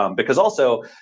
um because, also,